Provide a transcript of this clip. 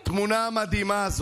מה שעשית למשטרה, מה